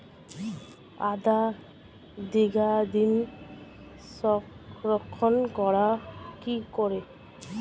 আদা দীর্ঘদিন সংরক্ষণ করা হয় কি করে?